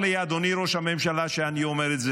אדוני ראש הממשלה, צר לי שאני אומר את זה,